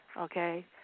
okay